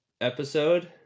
episode